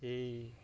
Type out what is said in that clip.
जि